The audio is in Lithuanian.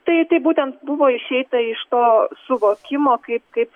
tai tai būtent buvo išeita iš to suvokimo kaip kaip